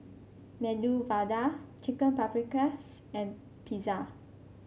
Medu Vada Chicken Paprikas and Pizza